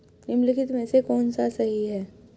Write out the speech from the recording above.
निम्नलिखित में से कौन सा सही है?